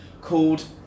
called